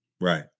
Right